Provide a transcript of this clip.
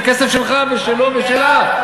זה כסף שלךָ ושלו ושלךְ.